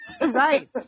Right